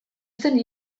zen